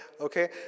okay